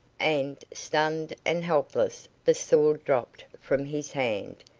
and, stunned and helpless, the sword dropped from his hand,